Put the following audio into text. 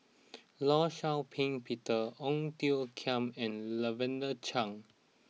Law Shau Ping Peter Ong Tiong Khiam and Lavender Chang